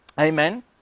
Amen